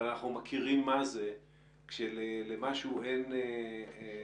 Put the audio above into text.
אבל אנחנו מכירים מה זה כאשר למשהו אין איגום